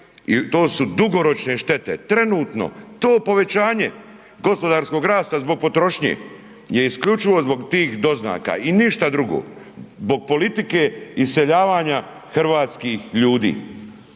i to su dugoročne štete. Trenutno to povećanje gospodarskog rasta zbog potrošnje je isključivo zbog tih doznaka i ništa drugo, zbog politike iseljavanja hrvatskih ljudi